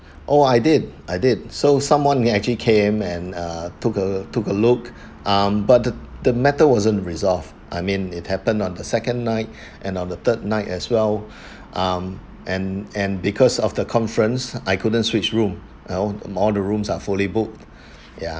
oh I did I did so someone may actually came and uh took um took a look um but the the matter wasn't resolved I mean it happened on the second night and on the third night as well um and and because of the conference I couldn't switch room you know all the rooms are fully booked ya